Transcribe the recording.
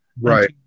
right